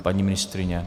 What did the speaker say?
Paní ministryně?